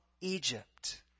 Egypt